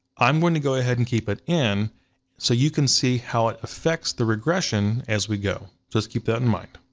i'm going to go ahead and keep it in so you can see how it affects the regression as we go, just keep that in mind.